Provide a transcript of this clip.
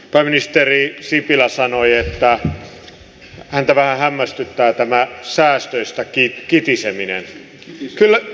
pääministeri sipilä sanoi että häntä vähän hämmästyttää tämä säästöistä kitiseminen